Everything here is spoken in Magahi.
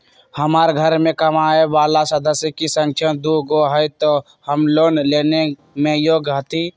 हमार घर मैं कमाए वाला सदस्य की संख्या दुगो हाई त हम लोन लेने में योग्य हती?